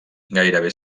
gairebé